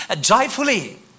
joyfully